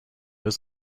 was